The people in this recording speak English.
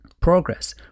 progress